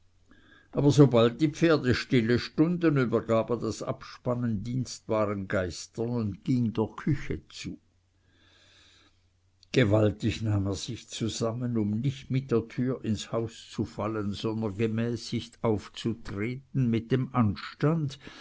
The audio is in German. aber sobald die pferde stillestunden übergab er das abspannen dienstbaren geistern und ging der küche zu gewaltig nahm er sich zusammen um nicht mit der türe ins haus zu fallen sondern gemäßigt aufzutreten mit dem anstand